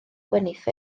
gwenith